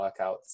workouts